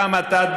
גם אתה,